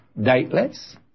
Dateless